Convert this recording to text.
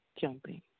jumping